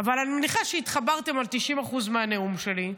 אבל אני מניחה שהתחברתן ל-90% מהנאום שלי,